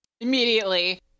immediately